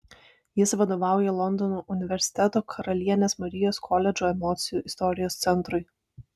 jis vadovauja londono universiteto karalienės marijos koledžo emocijų istorijos centrui